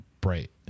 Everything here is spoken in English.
bright